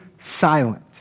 silent